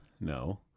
No